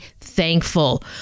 thankful